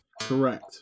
Correct